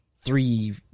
three